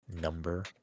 number